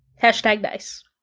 hashtag nice.